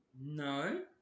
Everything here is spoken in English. No